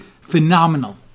phenomenal